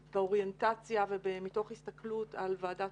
באוריינטציה ומתוך הסתכלות על ועדת